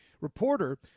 reporter